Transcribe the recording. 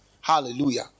Hallelujah